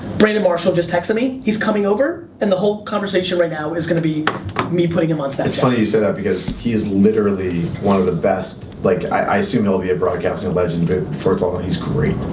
brandon marshall just texted me, he's coming over and the whole conversation right now is gonna be me putting him on snapchat. it's funny you say that because he's literally one of the best, like i assume he'll be a broadcasting legend before it's all he's great.